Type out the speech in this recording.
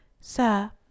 Sir